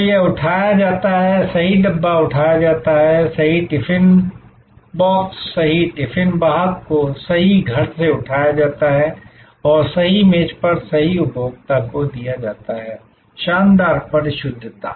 तो यह उठाया जाता है सही डब्बा उठाया जाता है सही टिफिन बॉक्स सही टिफिन वाहक को सही घर से उठाया जाता है और सही मेज पर सही उपभोक्ता को दिया जाता है शानदार परिशुद्धता